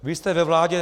Vy jste ve vládě.